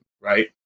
right